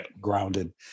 grounded